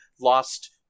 lost